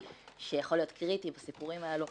שיכול להיות קריטי בסיפורים האלה.